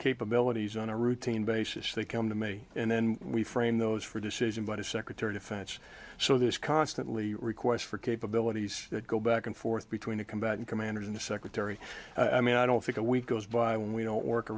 capabilities on a routine basis they come to me and then we frame those for decision by the secretary defense so there's constantly requests for capabilities that go back and forth between the combatant commanders in the secretary don't think a week goes by when we don't work a